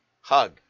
hug